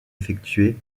effectuer